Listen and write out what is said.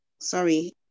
sorry